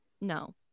No